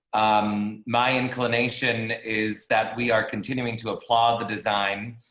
um my inclination is that we are continuing to applaud the design.